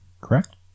Correct